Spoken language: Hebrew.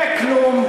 וכלום.